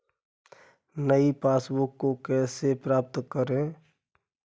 नई पासबुक को कैसे प्राप्त करें?